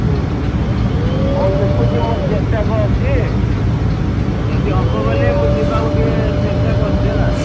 ହୁଁ ହୁଁ ହୁଁ ହଉ ଦେଖୁଛି ମୁଁ ଚେଷ୍ଟା କରୁଛି ଯଦି ହବ ବଲେ ମୁଁ ଯିବାକୁ ଟିକେ ଚେଷ୍ଟା କରୁଛି ହେଲା